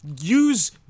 Use